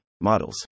models